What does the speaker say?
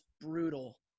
brutal